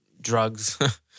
drugs